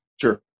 sure